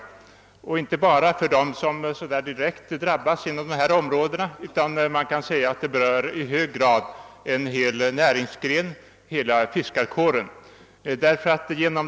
Den berör inte bara dem som direkt drabbas inom de nu aktuella områdena, utan i hög grad en hel näringsgren, hela fiskarkåren.